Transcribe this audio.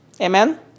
Amen